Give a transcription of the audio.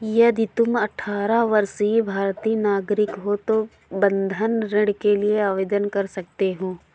यदि तुम अठारह वर्षीय भारतीय नागरिक हो तो बंधक ऋण के लिए आवेदन कर सकते हो